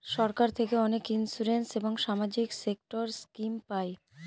সরকার থেকে অনেক ইন্সুরেন্স এবং সামাজিক সেক্টর স্কিম পায়